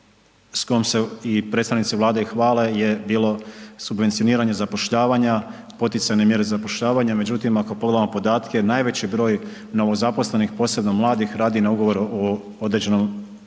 s kojom se i predstavnici Vlade i hvale je bilo subvencioniranje zapošljavanja, poticajne mjere zapošljavanja, međutim, ako pogledamo podatke, najveći broj novozaposlenih, posebno mladih, radi na Ugovor u određeno